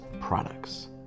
products